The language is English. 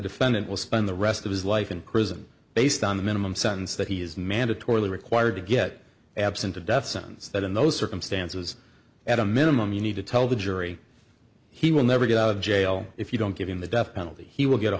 defendant will spend the rest of his life in prison based on the minimum sentence that he is mandatorily required to get absent a death sentence that in those circumstances at a minimum you need to tell the jury he will never get out of jail if you don't give him the death penalty he will get